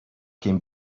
came